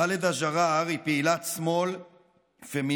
ח'אלדה ג'ראר היא פעילת שמאל פמיניסטית,